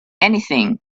anything